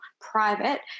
private